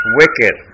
wicked